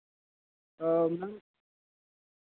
ma'am